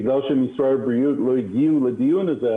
בגלל שמשרד הבריאות לא הגיע לדיון הזה,